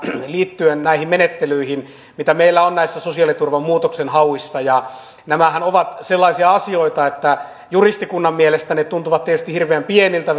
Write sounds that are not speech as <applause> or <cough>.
liittyen näihin menettelyihin mitä meillä on sosiaaliturvan muutoksenhauissa nämähän ovat sellaisia asioita että juristikunnan mielestä ne tuntuvat tietysti hirveän pieniltä <unintelligible>